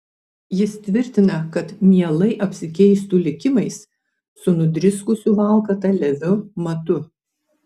jis tvirtina kad mielai apsikeistų likimais su nudriskusiu valkata leviu matu